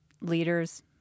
leaders